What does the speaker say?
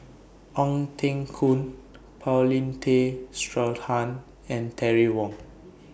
Ong Teng Koon Paulin Tay Straughan and Terry Wong